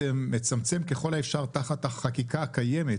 שמצמצם ככל האפשר את השימוש תחת החקיקה הקיימת,